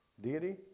Deity